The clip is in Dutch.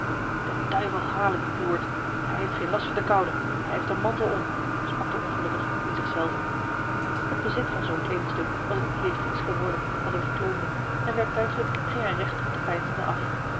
de duivel hale dien ploert hij heeft geen last van de koude hij heeft een mantel om sprak de ongelukkige in zich zelven het bezit van zoo'n kleedingstuk was het idée fixe geworden van den verkleumde en werktuiglijk ging hij recht op den peinzende af